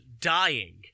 dying